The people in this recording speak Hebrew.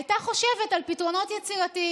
הייתה חושבת על פתרונות יצירתיים.